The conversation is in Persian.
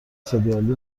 ســریالی